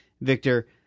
Victor